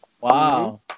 Wow